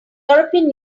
european